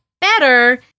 better